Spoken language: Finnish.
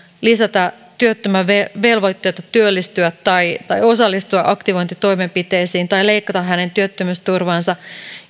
lisätä työttömän velvoitteita työllistyä tai tai osallistua aktivointitoimenpiteisiin tai leikata hänen työttömyysturvaansa